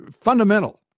fundamental